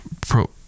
pro